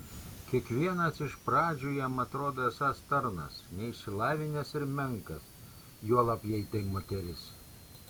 kiekvienas iš pradžių jam atrodo esąs tarnas neišsilavinęs ir menkas juolab jei tai moteris